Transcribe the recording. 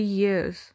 years